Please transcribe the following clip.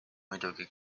muidugi